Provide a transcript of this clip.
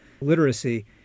literacy